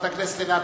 התשס"ט 2009,